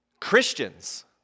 Christians